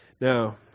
now